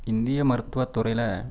இந்திய மருத்துவத் துறையில்